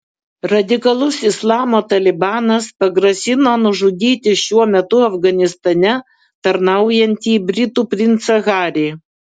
radikalus islamo talibanas pagrasino nužudyti šiuo metu afganistane tarnaujantį britų princą harį